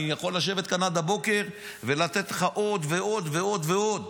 אני יכול לשבת כאן עד הבוקר ולתת לך עוד ועוד ועוד ועוד,